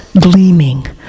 gleaming